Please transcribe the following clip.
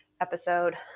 episode